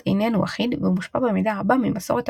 התקבלו במהלך השנים מספר עקרונות המיושמים בכל בתי הכנסת באשר